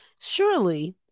surely